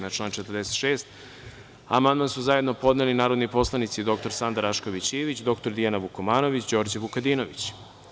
Na član 46. amandman su zajedno podneli narodni poslanici dr Sanda Rašković Ivić, dr Dijana Vukomanović i Đorđe Vukadinović.